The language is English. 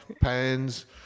pans